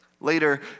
Later